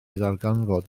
ddarganfod